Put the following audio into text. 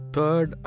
Third